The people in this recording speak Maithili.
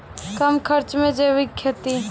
कम खर्च मे जैविक खेती?